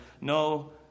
No